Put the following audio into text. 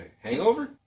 Hangover